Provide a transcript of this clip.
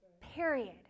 period